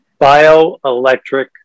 Bioelectric